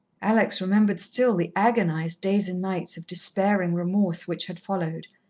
alex remembered still the agonized days and nights of despairing remorse which had followed,